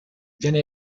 viene